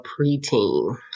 preteen